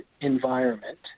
environment